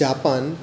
Japan